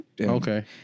Okay